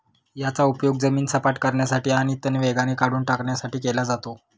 याचा उपयोग जमीन सपाट करण्यासाठी आणि तण वेगाने काढून टाकण्यासाठी केला जातो